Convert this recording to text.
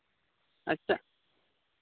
ᱟᱪᱪᱷᱟ